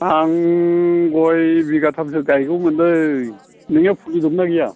आं गय बिगाथामसो गायगौमोनलै नोंनियाव फुलि दं ना गैया